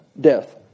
death